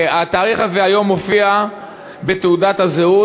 התאריך הזה היום מופיע בתעודת הזהות,